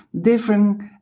different